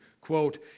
quote